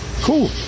Cool